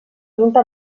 junta